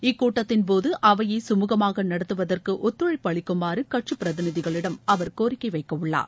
இக்கூட்டத்தின் போது அவையை கமூகமாக நடத்துவதற்கு நடத்துழழப்பு அளிக்குமாறு கட்சி பிரதிநிதிகளிடம் அவர் கோரிக்கை வைக்க உள்ளார்